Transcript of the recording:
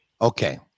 Okay